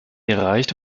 erreicht